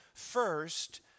First